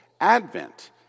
Advent